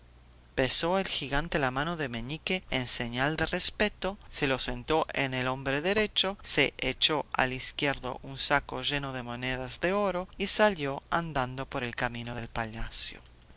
besó el gigante la mano de meñique en señal de respeto se lo sentó en el hombro derecho se echó al izquierdo un saco lleno de monedas de oro y salió andando por el camino del palacio